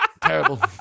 Terrible